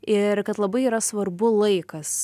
ir kad labai yra svarbu laikas